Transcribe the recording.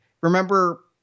remember